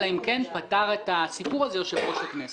אלא אם כן פטר את הסיפור הזה יושב-ראש הכנסת.